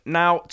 now